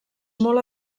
molt